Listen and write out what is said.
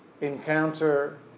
encounter